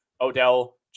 odell